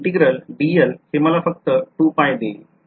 Integral हे मला फक्त देईल